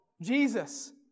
Jesus